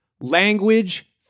language